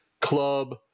Club